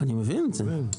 אני מבין זה.